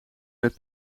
met